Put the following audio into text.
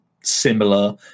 similar